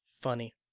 funny